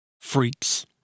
freaks